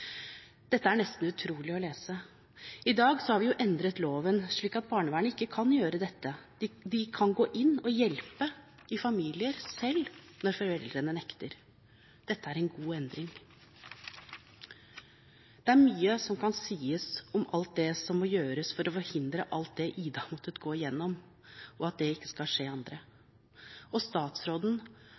Dette er nesten utrolig å lese. I dag har vi endret loven slik at barnevernet ikke kan gjøre dette. De kan gå inn og hjelpe familier selv når foreldrene nekter. Dette er en god endring. Det er mye som kan sies om alt som må gjøres for å forhindre at alt det «Ida» har måttet gå igjennom, ikke skal skje andre. Og statsråden